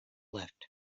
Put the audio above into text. left